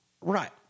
Right